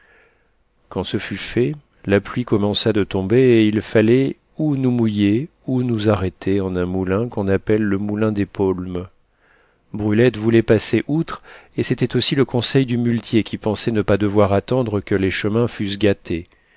quand ce fut fait la pluie commença de tomber et il fallait ou nous mouiller ou nous arrêter en un moulin qu'on appelle le moulin des paulmes brulette voulait passer outre et c'était aussi le conseil du muletier qui pensait ne pas devoir attendre que les chemins fussent gâtés